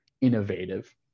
innovative